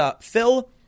Phil